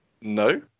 No